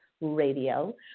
Radio